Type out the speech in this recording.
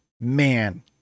Man